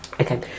okay